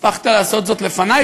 הספקת לעשות זאת לפני.